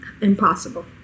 impossible